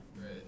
Right